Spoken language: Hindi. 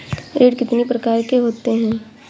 ऋण कितनी प्रकार के होते हैं?